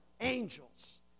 angels